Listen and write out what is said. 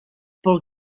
pel